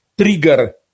trigger